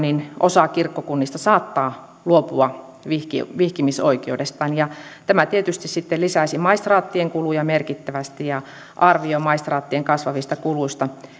osa kirkkokunnista saattaa luopua vihkimisoikeudestaan tämä tietysti sitten lisäisi maistraattien kuluja merkittävästi ja arvio maistraattien kasvavista kuluista